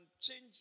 change